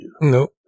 Nope